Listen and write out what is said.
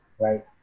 right